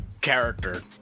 character